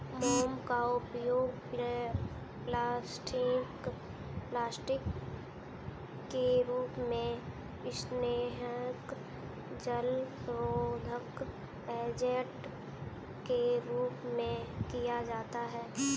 मोम का उपयोग प्लास्टिक के रूप में, स्नेहक, जलरोधक एजेंट के रूप में किया जाता है